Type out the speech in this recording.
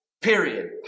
period